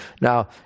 Now